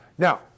Now